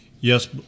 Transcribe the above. Yes